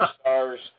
stars